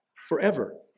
Forever